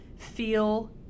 feel